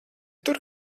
tur